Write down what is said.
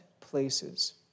places